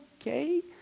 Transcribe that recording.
okay